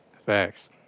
Thanks